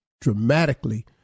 dramatically